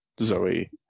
Zoe